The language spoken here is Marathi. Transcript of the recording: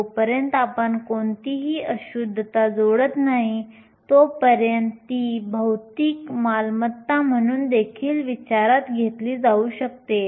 जोपर्यंत आपण कोणतीही अशुद्धता जोडत नाही तोपर्यंत ती भौतिक मालमत्ता म्हणून देखील विचारात घेतली जाऊ शकते